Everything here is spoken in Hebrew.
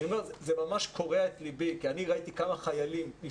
זה ממש קורע את ליבי כי אני ראיתי כמה חיילים שלי